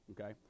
okay